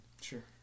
Sure